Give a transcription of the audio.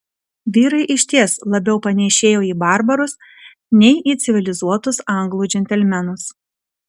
vyrai išties labiau panėšėjo į barbarus nei į civilizuotus anglų džentelmenus